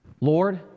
Lord